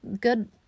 good